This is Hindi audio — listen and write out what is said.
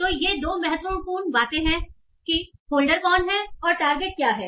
तो ये दो महत्वपूर्ण बातें हैं होल्डर कौन है और टारगेट क्या है